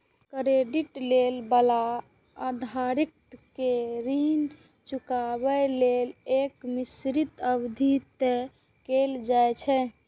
credit लए बला उधारकर्ता कें ऋण चुकाबै लेल एक निश्चित अवधि तय कैल जाइ छै